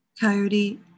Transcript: Coyote